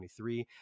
2023